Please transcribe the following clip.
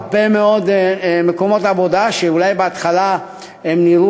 הרבה מאוד מקומות עבודה שאולי בהתחלה נראו